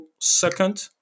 second